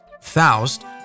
Faust